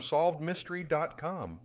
SolvedMystery.com